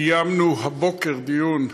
קיימנו הבוקר דיון.